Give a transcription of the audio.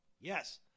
Yes